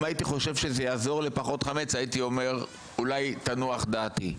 אם הייתי חושב שזה יעזור לפחות חמץ הייתי אומר אולי תנוח דעתי,